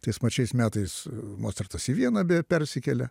tais pačiais metais mocartas į vieną beje persikėlė